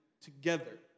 together